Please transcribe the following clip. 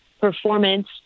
performance